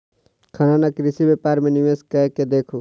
खनन आ कृषि व्यापार मे निवेश कय के देखू